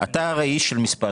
אתה הרי איש של מספרים.